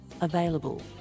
available